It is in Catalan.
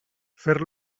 fer